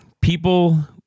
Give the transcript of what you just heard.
People